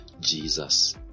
jesus